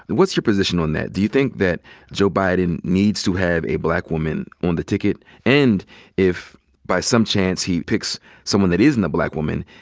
and what's your position on that? do you think that joe biden needs to have a black woman on the ticket? and if by some chance he picks someone that isn't a black woman,